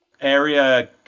area